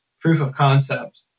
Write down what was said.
proof-of-concept